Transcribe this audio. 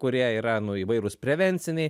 kurie yra nu įvairūs prevenciniai